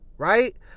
Right